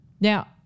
Now